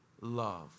love